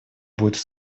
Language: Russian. будет